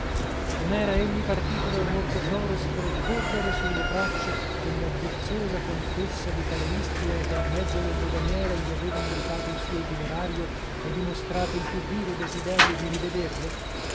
non era egli partito da borgoflores per correre sulle traccie della vezzosa contessa di karolystria che a mezzo del doganiere gli aveva indicato il suo itinerario e dimostrato il più vivo desiderio di rivederlo